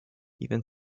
even